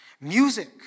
music